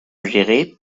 gérés